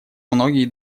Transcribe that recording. многие